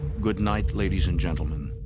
good night, ladies and gentlemen.